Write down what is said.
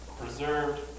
preserved